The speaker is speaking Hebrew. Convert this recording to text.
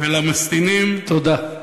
תודה.